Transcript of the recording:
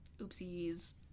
Oopsies